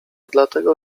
dlatego